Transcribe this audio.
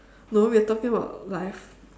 no we are talking about life